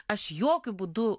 aš jokiu būdu